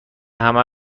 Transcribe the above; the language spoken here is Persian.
همه